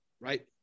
right